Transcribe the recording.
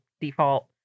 default